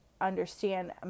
understand